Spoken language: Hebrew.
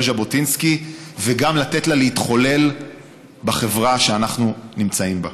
ז'בוטינסקי וגם לתת לה להתחולל בחברה שאנחנו נמצאים בה.